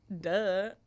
Duh